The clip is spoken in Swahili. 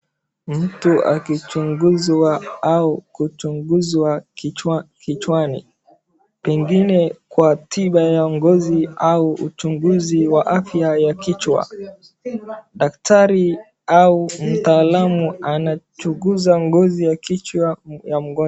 Mtu akichunguzwa au kuchunguzwa kichwani pengine kwa tiba ya ngozi au uchunguzi wa afya ya kichwa Daktari au mtaalamu anachunguza ngozi ya kichwa ya mgonjwa.